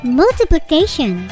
multiplication